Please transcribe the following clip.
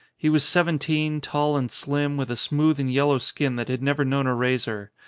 he was seven teen, tall and slim, with a smooth and yellow skin that had never known a razor.